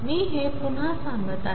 मी हे पुन्हा सांगत आहे